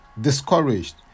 discouraged